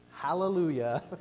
hallelujah